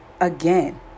again